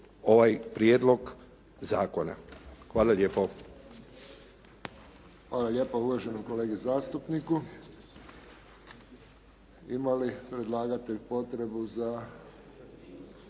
ovaj prijedlog zakona. Hvala lijepo. **Friščić, Josip (HSS)** Hvala lijepo uvaženom kolegi zastupniku. Ima li predlagatelj potrebu za